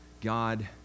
God